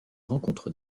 rencontres